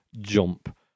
jump